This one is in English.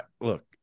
Look